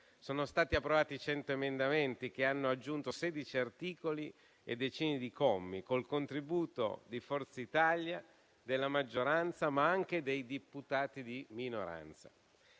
Sono stati approvati cento emendamenti che hanno aggiunto sedici articoli e decine di commi, con il contributo di Forza Italia, della maggioranza, ma anche dei deputati di minoranza.